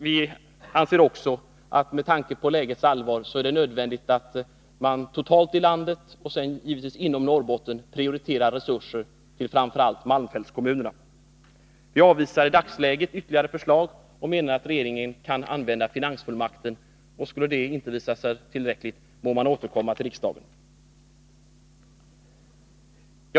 Vi anser också att med tanke på lägets allvar är det nödvändigt att man totalt i landet, och givetvis inom Norrbotten, prioriterar resurser till framför allt malmfältskommunerna. Vi avvisar i dagsläget ytterligare anslag. Regeringen kan vid behov utnyttja finansfullmakten. Skulle detta visa sig otillräckligt, må man återkomma till riksdagen. Herr talman!